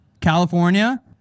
California